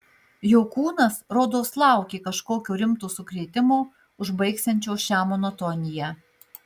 jo kūnas rodos laukė kažkokio rimto sukrėtimo užbaigsiančio šią monotoniją